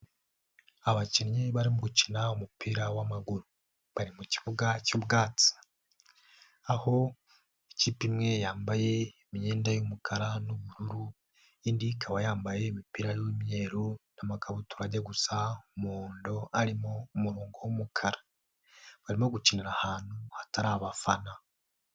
Abakinnyi barimo gukina umupira w'amaguru bari mu kibuga cy'ubwatsi aho ikipe imwe yambaye imyenda y'umukara n'ubururu, indi ikaba yambaye imipira y'imyeru n'amakabutura ajya gusa umuhondo arimo umurongo w'umukara, barimo gukinira ahantu hatari abafana.